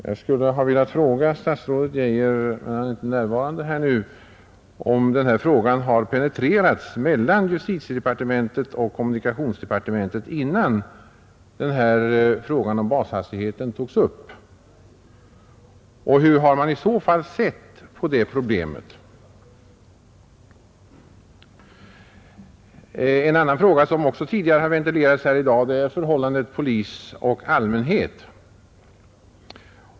Jag hade velat fråga statsrådet Geijer, men han är inte närvarande nu, om detta spörsmål har penetrerats mellan justitiedepartementet och kommunikationsdepartementet, innan frågan om bashastigheten avgjordes. Och hur har man i så fall sett på det problemet? En annan fråga, som har ventilerats tidigare i dag, är förhållandet polis—allmänhet.